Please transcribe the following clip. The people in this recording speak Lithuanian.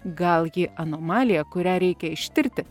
gal ji anomalija kurią reikia ištirti